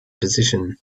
position